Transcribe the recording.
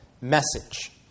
message